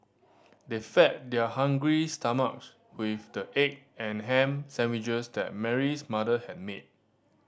they fed their hungry stomachs with the egg and ham sandwiches that Mary's mother had made